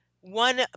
One